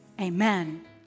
amen